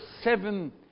seven